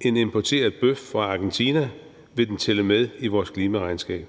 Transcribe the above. en importeret bøf fra Argentina, vil den tælle med i vores klimaregnskab.